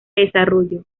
desarrollo